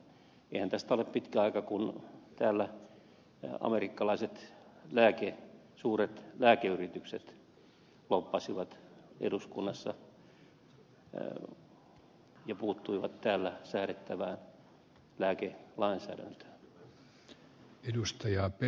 eihän tästä ole pitkä aika kun suuret amerikkalaiset lääkeyritykset lobbasivat täällä eduskunnassa ja puuttuivat täällä säädettävään lääkelainsäädäntöön